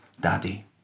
Daddy